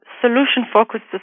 solution-focused